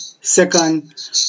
second